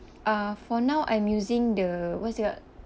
uh for now I'm using the what's the